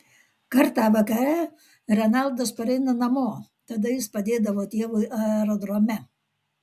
kartą vakare renaldas pareina namo tada jis padėdavo tėvui aerodrome